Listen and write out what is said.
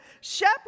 shepherd